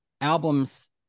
albums